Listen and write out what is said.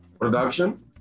production